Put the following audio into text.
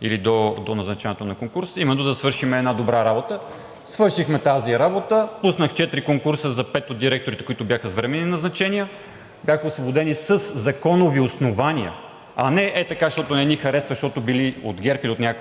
или до назначаването на конкурс, именно за да свършим една добра работа. Свършихме тази работа. Пуснах четири конкурса за петима от директорите, които бяха с временни назначения. Бяха освободени със законови основания, а не хей така, защото не ни харесва, защото били от ГЕРБ,